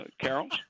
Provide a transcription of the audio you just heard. carols